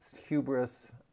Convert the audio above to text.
hubris